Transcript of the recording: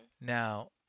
Now